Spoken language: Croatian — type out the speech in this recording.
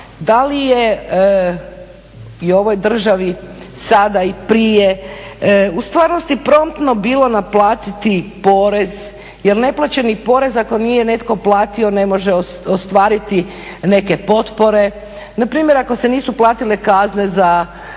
da li je i ovoj državi sada i prije u stvarnosti promptno bilo naplatiti porez? Jer neplaćeni porez ako nije netko platio ne može ostvariti neke potpore. Na primjer ako se nisu platile kazne za